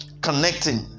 connecting